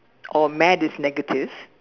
or mad is negative